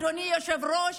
אדוני היושב-ראש,